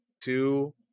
two